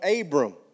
Abram